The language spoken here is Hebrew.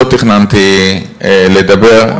לא תכננתי לדבר,